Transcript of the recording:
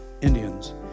Indians